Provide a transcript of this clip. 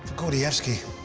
gordievsky,